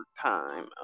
time